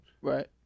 Right